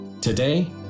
Today